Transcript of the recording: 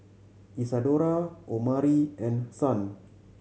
Isadora Omari and Son